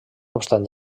obstant